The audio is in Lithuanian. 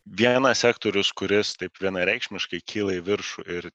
vienas sektorius kuris taip vienareikšmiškai kyla į viršų ir